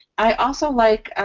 i also like, ah